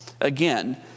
Again